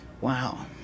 Wow